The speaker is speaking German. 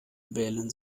wählen